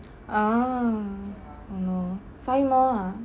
oh oh no find more ah